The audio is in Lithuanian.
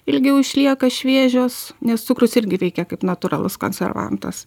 ilgiau išlieka šviežios nes cukrus irgi veikia kaip natūralus konservantas